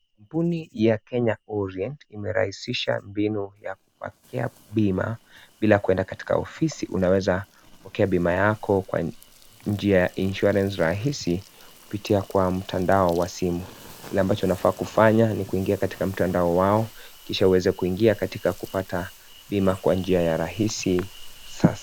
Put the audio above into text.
Kampuni ya Kenya Orient imerahisisha mbinu ya kupokea bima. Bila kuenda katika ofisi, unaweza kupokea bima yako kwa njia ya Insurance rahisi kupitia kwa mtandao wa simu. Kile ambacho unafaa kufanya ni kuingia katika mtandao wao kisha uweze kuingia katika kupata bima kwa njia ya urahisi.